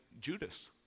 Judas